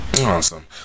Awesome